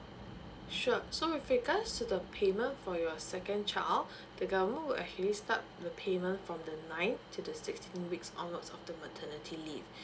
sure so with regards to the payment for your second child the government would actually start the payment from the nine to the sixteen weeks onwards of the maternity leave